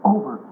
Over